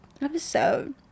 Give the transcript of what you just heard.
episode